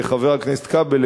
חבר הכנסת כבל,